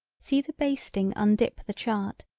see the basting undip the chart,